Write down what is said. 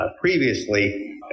previously